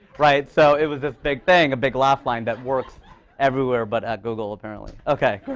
right? so it was this big thing, a big laugh line that works everywhere but at google, apparently. ok, great.